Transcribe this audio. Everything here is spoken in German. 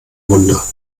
wunder